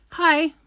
Hi